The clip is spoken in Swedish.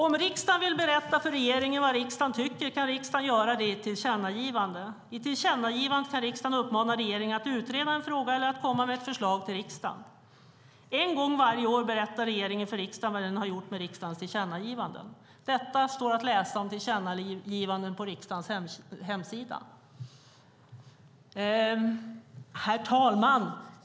"Om riksdagen vill berätta för regeringen vad riksdagen tycker kan riksdagen göra det i ett tillkännagivande. I tillkännagivandet kan riksdagen uppmana regeringen att utreda en fråga eller att komma med ett förslag till riksdagen. En gång varje år berättar regeringen för riksdagen vad den har gjort med riksdagens tillkännagivanden." Detta står att läsa om tillkännagivanden på riksdagens hemsida. Herr talman!